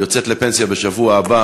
יוצאת לפנסיה בשבוע הבא